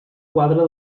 quadre